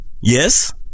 Yes